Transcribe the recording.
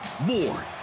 More